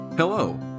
Hello